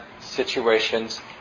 situations